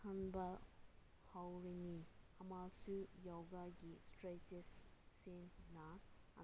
ꯀꯟꯕ ꯍꯧꯔꯅꯤ ꯑꯃꯁꯨ ꯌꯣꯒꯥꯒꯤ ꯏꯁꯇ꯭ꯔꯦꯆꯦꯁꯁꯤꯅ ꯑꯅꯥꯕ